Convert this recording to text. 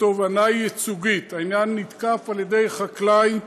כתובענה ייצוגית, העניין נתקף על ידי חקלאי.